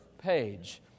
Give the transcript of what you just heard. page